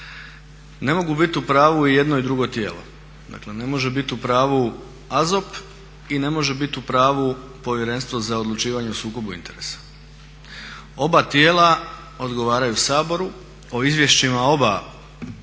Ne mogu biti u pravu i jedno i drugo tijelo. Dakle, ne može biti u pravu AZOP i ne može biti u pravu Povjerenstvo za odlučivanje o sukobu interesa. Oba tijela odgovaraju Saboru, o izvješćima oba tijela